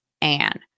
Anne